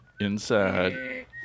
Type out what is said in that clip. Inside